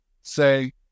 say